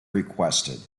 requested